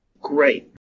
Great